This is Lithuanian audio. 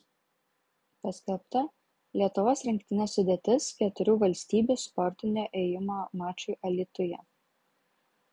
paskelbta lietuvos rinktinės sudėtis keturių valstybių sportinio ėjimo mačui alytuje